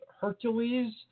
Hercules